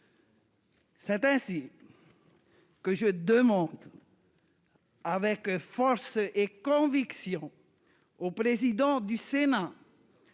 C'est ainsi que je demande avec force et conviction au président du Sénat